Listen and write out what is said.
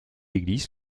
église